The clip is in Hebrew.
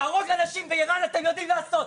להרוג אנשים באירן אתם יודעים לעשות,